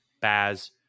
Baz